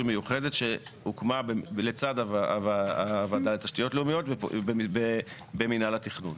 מיוחדת שהוקמה לצד הוועדה לתשתיות לאומיות במינהל התכנון.